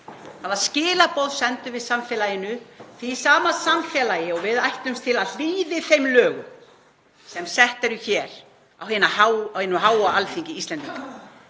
Hvaða skilaboð sendum við samfélaginu, því sama samfélagi og við ætlumst til að hlýði þeim lögum sem sett eru hér á hinu háa Alþingi Íslendinga?